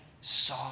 saw